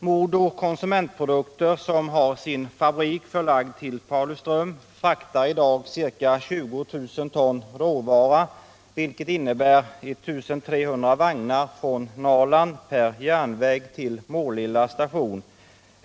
MoDo Konsumentprodukter AB, som har sin fabrik förlagd till Pauliström, fraktar i dag ca 20 000 ton råvara, vilket innebär 1 300 vagnar, från Norrland per järnväg till Målilla station.